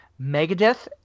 Megadeth